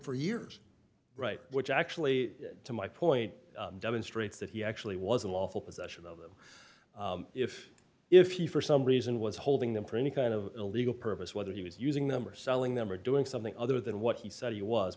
for years right which actually to my point demonstrates that he actually was unlawful possession of them if if he for some reason was holding them for any kind of illegal purpose whether he was using them or selling them or doing something other than what he said he was